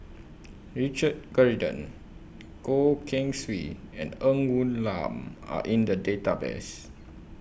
Richard Corridon Goh Keng Swee and Ng Woon Lam Are in The Database